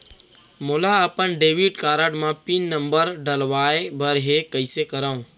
मोला अपन debit card म पिन नंबर डलवाय बर हे कइसे करव?